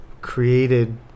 created